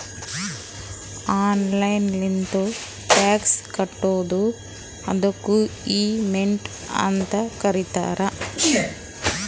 online ಲಿಂತ್ನು tax ಕಟ್ಬೋದು ಅದ್ದುಕ್ ಇ ಪೇಮೆಂಟ್ ಅಂತ್ ಕರೀತಾರ